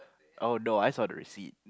oh no I saw the receipt